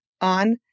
on